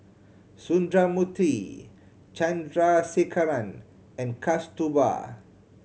Sundramoorthy Chandrasekaran and Kasturba